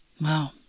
Wow